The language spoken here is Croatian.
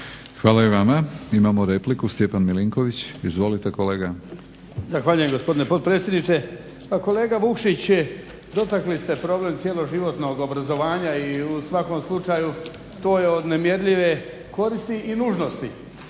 Hvala i vama. Imamo repliku, Stjepan Milinković. Izvolite kolega. **Milinković, Stjepan (HDZ)** Zahvaljujem gospodine potpredsjedniče. Pa kolega Vukšić dotakli ste problem cjeloživotnog obrazovanja i u svakom slučaju to je od nemjerljive koristi i nužnosti.